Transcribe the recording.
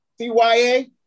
CYA